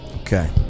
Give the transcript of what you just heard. Okay